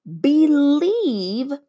Believe